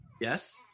Yes